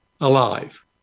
alive